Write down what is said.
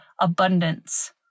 abundance